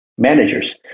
Managers